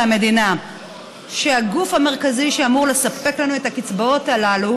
המדינה שהגוף המרכזי שאמור לספק לנו את הקצבאות הללו,